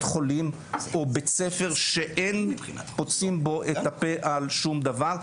חולים או בית ספר שאין פוצים בו את הפה על שום דבר.